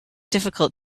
difficult